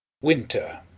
winter